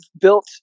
built